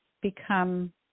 become